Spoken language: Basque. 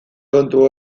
kontu